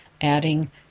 adding